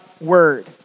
word